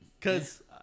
cause